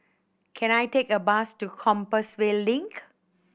can I take a bus to Compassvale Link